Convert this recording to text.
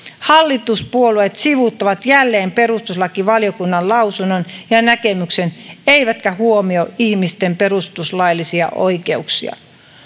hallituspuolueet sivuuttavat jälleen perustuslakivaliokunnan lausunnon ja näkemyksen eivätkä huomioi ihmisten perustuslaillisia oikeuksia